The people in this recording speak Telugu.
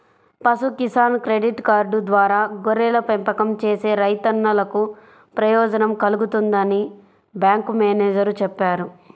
పశు కిసాన్ క్రెడిట్ కార్డు ద్వారా గొర్రెల పెంపకం చేసే రైతన్నలకు ప్రయోజనం కల్గుతుందని బ్యాంకు మేనేజేరు చెప్పారు